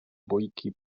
bójki